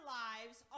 lives